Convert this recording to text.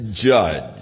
judge